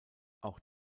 auch